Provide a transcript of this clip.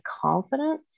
confidence